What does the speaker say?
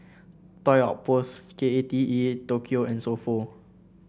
Toy Outpost K A T E Tokyo and So Pho